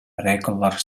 regular